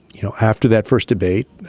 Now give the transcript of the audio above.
you know, after that first debate,